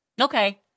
okay